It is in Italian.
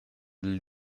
del